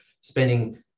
spending